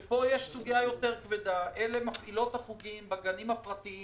זו סוגיה יותר כבדה, מפעילות החוגים בגנים הפרטיים